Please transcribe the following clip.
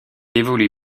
évolue